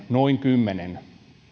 noin kymmenen